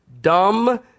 Dumb